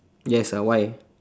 yes ah why